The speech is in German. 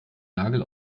nagel